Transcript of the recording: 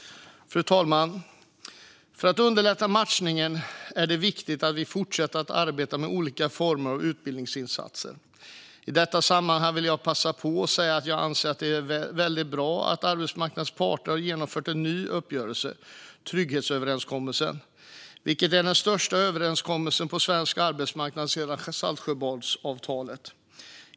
Fru talman! För att underlätta matchningen är det viktigt att vi fortsätter att arbeta med olika former av utbildningsinsatser. I detta sammanhang vill jag passa på att säga att jag anser att det är väldigt bra att arbetsmarknadens parter har nått en ny uppgörelse, trygghetsöverenskommelsen. Detta är den största överenskommelsen på svensk arbetsmarknad sedan Saltsjöbadsavtalet.